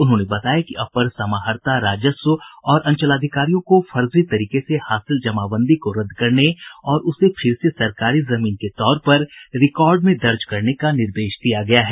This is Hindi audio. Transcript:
उन्होंने बताया कि अपर समाहर्ता राजस्व और अंचलाधिकारियों को फर्जी तरीके से हासिल जमाबंदी को रद्द करने और उसे फिर से सरकारी जमीन के तौर पर रिकॉर्ड में दर्ज करने का निर्देश दिया गया है